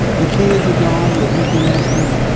the kids are gone, we're empty-nestors,